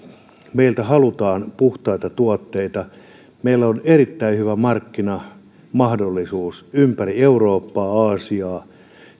meiltä halutaan puhtaita tuotteita meillä on erittäin hyvä markkinamahdollisuus ympäri eurooppaa aasiaa